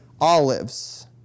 olives